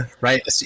right